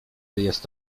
jest